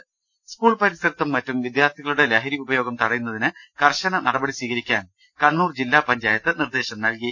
രുട്ട്ട്ട്ട്ട്ട്ട school പരിസരത്തും മറ്റും വിദ്യാർഥികളുടെ ലഹരി ഉപയോഗം തടയുന്നതിന് കർശന നടപടി സ്വീകരിക്കാൻ കണ്ണൂർ ജില്ലാ പ ഞ്ചായത്ത് നിർദ്ദേശം നൽകി